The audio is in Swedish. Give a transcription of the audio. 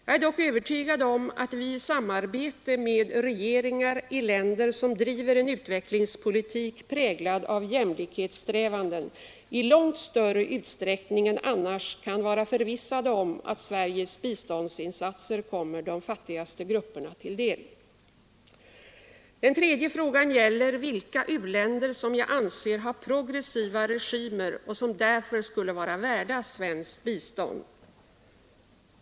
Jag är dock övertygad om att vi i samarbete med regeringar i länder som driver en utvecklingspolitik, präglad av jämlikhetssträvanden, i långt större utsträckning än annars kan vara förvissade om att Sveriges biståndsinsatser kommer de fattiga grupperna till del. Den tredje frågan gäller vilka u-länder som jag anser ha progressiva regimer och som därför skulle vara värda svenskt bistånd.